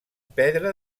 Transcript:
pedra